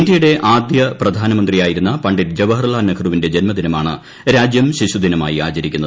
ഇന്ത്യയുടെ ആദ്യ പ്രധാനമന്ത്രിയായിരുന്നു പണ്ഡിറ്റ് ജവഹർലാൽ നെഹ്റുവിന്റെ ജന്മദിനമാണ് രാജ്യം ശിശുദിനമായി ആചരിക്കുന്നത്